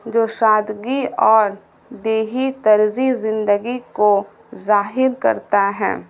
جو شادگی اور دیہی ترزی زندگی کو ظاہر کرتا ہے